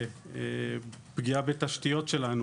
פגיעה בתשתיות שלנו.